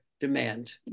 demand